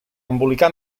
embolicar